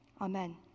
amen